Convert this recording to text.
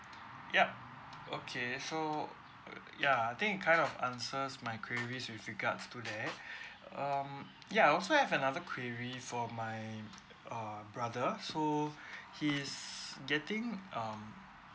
yup okay so ya I think it kind of answers my queries with regards to that um ya I also have another query for my uh brother so he is getting um